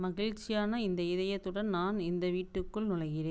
மகிழ்ச்சியான இந்த இதயத்துடன் நான் இந்த வீட்டுக்குள் நுழைகிறேன்